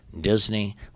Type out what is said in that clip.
Disney